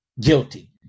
guilty